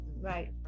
Right